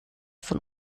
von